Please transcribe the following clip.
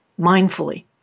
mindfully